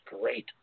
great